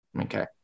Okay